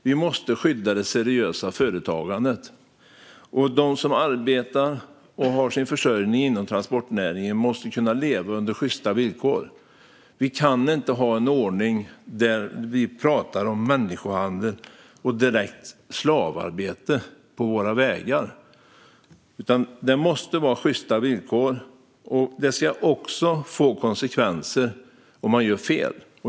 Vi måste skydda det seriösa företagandet. De som arbetar och har sin försörjning inom transportnäringen måste kunna leva under sjysta villkor. Vi kan inte ha en ordning med människohandel och direkt slavarbete på våra vägar. Det måste vara sjysta villkor, och det ska få konsekvenser om man gör fel.